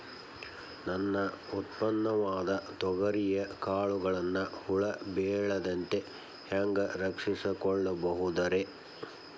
ನನ್ನ ಉತ್ಪನ್ನವಾದ ತೊಗರಿಯ ಕಾಳುಗಳನ್ನ ಹುಳ ಬೇಳದಂತೆ ಹ್ಯಾಂಗ ರಕ್ಷಿಸಿಕೊಳ್ಳಬಹುದರೇ?